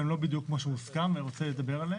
אבל הם לא בדיוק כמו שמוסכם ואני רוצה לדבר עליהם.